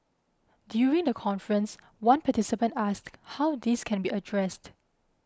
during the conference one participant asked how this can be addressed